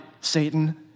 Satan